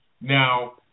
Now